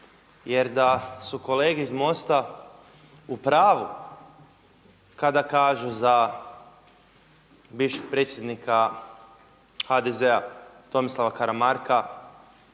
jer da su kolege iz MOST-a u pravu kada kažu za bivšeg predsjednika HDZ-a Tomislava Karamarka